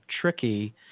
tricky